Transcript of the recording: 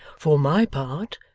for my part,